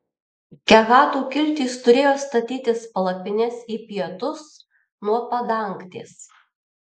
kehatų kiltys turėjo statytis palapines į pietus nuo padangtės